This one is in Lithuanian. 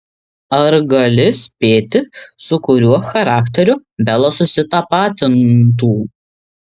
ar gali spėti su kuriuo charakteriu bela susitapatintų